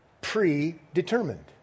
predetermined